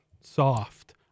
soft